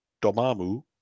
Domamu